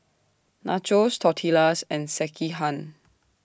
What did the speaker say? Nachos Tortillas and Sekihan